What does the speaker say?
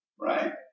Right